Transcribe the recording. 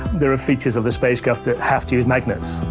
there are features of the spacecraft that has to use magnets.